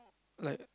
like